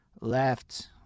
left